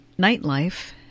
Nightlife